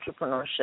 entrepreneurship